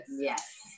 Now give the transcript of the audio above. Yes